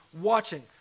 watching